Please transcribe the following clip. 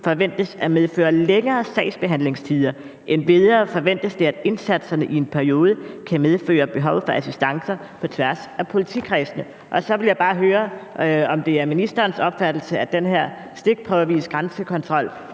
forventes at medføre længere sagsbehandlingstider. Endvidere forventes det, at indsatserne i en periode kan medføre et behov for assistance på tværs af politikredsene. Så vil jeg bare høre, om det er ministerens opfattelse, at den her stikprøvevise grænsekontrol